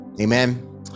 Amen